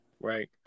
right